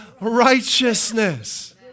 righteousness